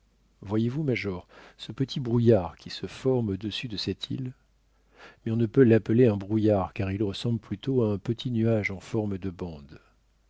voyez-vous major ce petit brouillard qui se forme au-dessus de cette île mais on ne peut l'appeler un brouillard car il ressemble plutôt à un petit nuage en forme de bande